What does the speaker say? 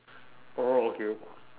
oh okay